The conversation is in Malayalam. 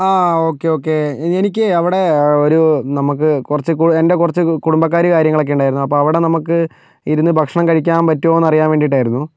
ആ ഓക്കെ ഓക്കെ എനിക്ക് അവിടെ ഒരു നമുക്ക് കുറച്ച് കുട എൻ്റെ കുറച്ച് കുടുംബക്കാർ കാര്യങ്ങളൊക്കെയുണ്ടായിരുന്നു അപ്പോൾ അവിടെ നമുക്ക് ഇരുന്ന് ഭക്ഷണം കഴിക്കാൻ പറ്റുമോയെന്ന് അറിയാൻ വേണ്ടിയിട്ടായിരുന്നു